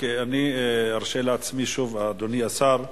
אני ארשה לעצמי, אדוני השר: